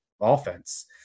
offense